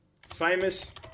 famous